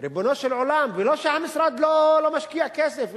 ריבונו של עולם, זה לא שהמשרד לא משקיע כסף.